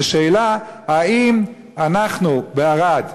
אלא האם אנחנו בערד,